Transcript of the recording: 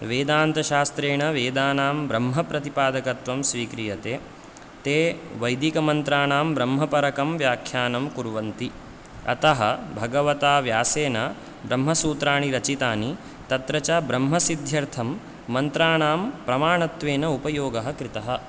वेदान्तशास्त्रेण वेदानां ब्रह्मप्रतिपादकत्वं स्वीक्रियते ते वैदिकमन्त्राणां ब्रह्मपरकं व्याख्यानं कुर्वन्ति अतः भगवता व्यासेन ब्रह्मसूत्राणि रचितानि तत्र च ब्रह्मसिद्ध्यर्थं मन्त्राणां प्रमाणत्वेन उपयोगः कृतः